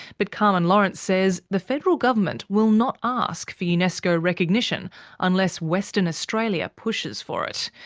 but carmen lawrence says the federal government will not ask for unesco recognition unless western australia pushes for it.